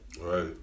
Right